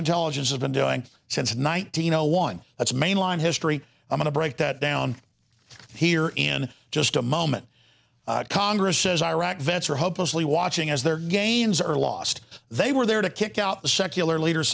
intelligence has been doing since one thousand one that's mainline history i'm going to break that down here in just a moment congress says iraq vets are hopelessly watching as their gains are lost they were there to kick out the secular leader